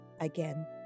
again